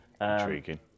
Intriguing